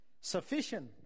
Sufficient